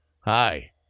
Hi